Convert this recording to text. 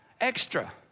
extra